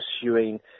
pursuing